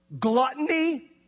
gluttony